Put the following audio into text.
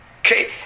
Okay